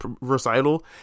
recital